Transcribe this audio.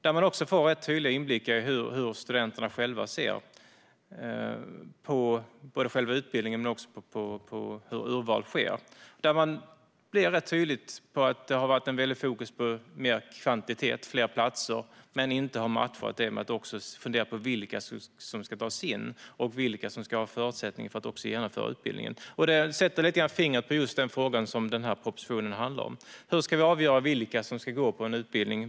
Där får vi inblickar i hur studenterna själva ser på utbildningen och hur urvalet sker, och det blir tydligt att det har varit mer fokus på kvantitet och fler platser än på vilka som ska tas in och vilka som har förutsättning att genomföra utbildningen. Detta sätter fingret på frågan som propositionen handlar om: Hur avgör vi vilka som ska få gå en utbildning?